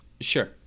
Sure